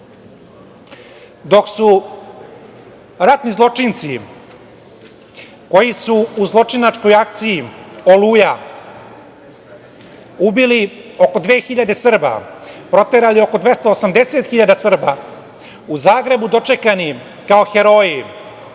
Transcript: su ratni zločinci koji su u zločinačkoj akciji „Oluja“ ubili oko 2000 Srba, proterali oko 280.000 hiljada Srba, u Zagrebu dočekani kao heroji,